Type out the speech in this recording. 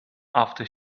after